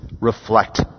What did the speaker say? reflect